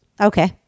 Okay